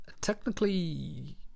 Technically